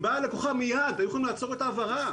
הלקוחה באה מיד והיו יכולים לעצור את ההעברה.